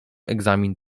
egzamin